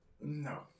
No